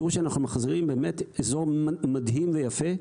תראו שאנחנו מחזירים באמת אזור מדהים ויפה.